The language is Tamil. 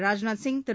ராஜ்நாத் சிங் திரு